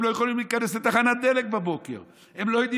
הם לא יכולים להיכנס לתחנת דלק בבוקר,